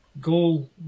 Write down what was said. goal